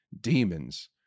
demons